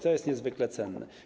To jest niezwykle cenne.